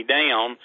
down